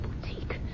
boutique